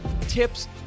tips